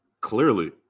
Clearly